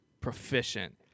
proficient